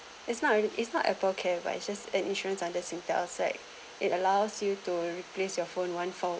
is not is not apple care but it's just an insurance under singtel so like it allows you to replace your phone one for